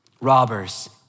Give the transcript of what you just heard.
robbers